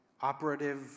operative